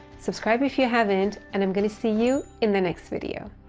subscribe if you haven't and i'm going to see you in the next video.